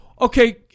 Okay